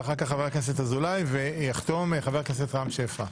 ואחר כך חבר הכנסת אזולאי ויחתום חבר הכנסת רם שפע.